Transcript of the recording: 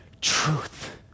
truth